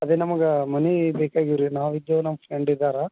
ಅದೆ ನಮ್ಗ ಮನೆ ಬೇಕಾಗಿವೆ ರೀ ನಾವು ಇದ್ದೊ ನಮ್ಮ ಫ್ರೆಂಡ್ ಇದ್ದಾರೆ